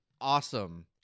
awesome